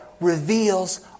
reveals